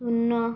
ଶୂନ